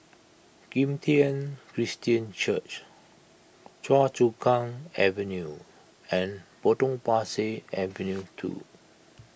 Kim Tian Christian Church Choa Chu Kang Avenue and Potong Pasir Avenue two